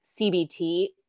cbt